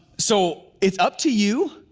so it's up to you,